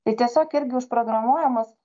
tai tiesiog irgi užprogramuojamas